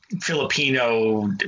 Filipino